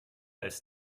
ist